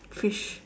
fish